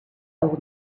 old